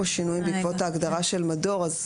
בעקבות ההגדרה של מדור עשו כאן שינויים.